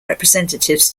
representatives